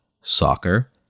soccer